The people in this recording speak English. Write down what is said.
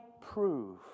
prove